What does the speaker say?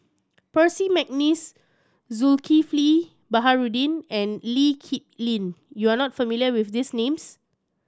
Percy McNeice Zulkifli Baharudin and Lee Kip Lin you are not familiar with these names